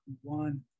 one